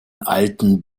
alten